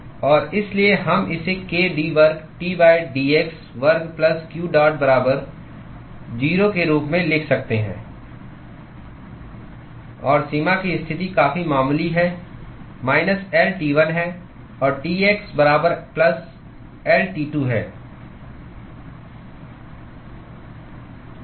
और इसलिए हम इसे k d वर्ग T dx वर्ग प्लस q डॉट बराबर 0 के रूप में लिख सकते हैं और सीमा की स्थिति काफी मामूली है माइनस L T1 है और T x बराबर प्लस L T 2 है